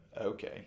okay